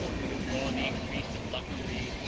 who deplore the increase of luxury,